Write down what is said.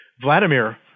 Vladimir